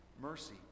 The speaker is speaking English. mercy